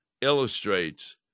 illustrates